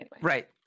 Right